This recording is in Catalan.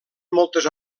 moltes